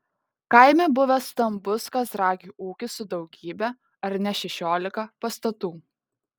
kaime buvęs stambus kazragių ūkis su daugybe ar ne šešiolika pastatų